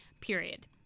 period